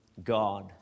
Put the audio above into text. God